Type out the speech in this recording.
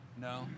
No